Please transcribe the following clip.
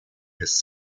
his